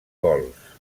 gols